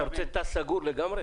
אתה רוצה תא סגור לגמרי?